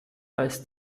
als